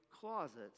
closets